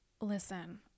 listen